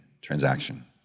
transaction